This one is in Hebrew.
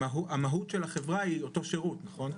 כשהמהות של החברה היא אותו שירות, נכון?